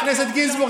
דומה,